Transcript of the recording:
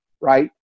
right